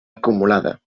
acumulada